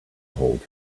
hold